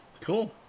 Cool